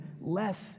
less